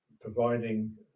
providing